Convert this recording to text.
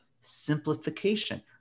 simplification